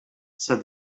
said